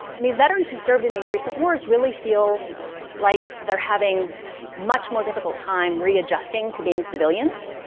and these veterans who served in these recent wars really feel like they're having much more difficult time readjusting to being civilians.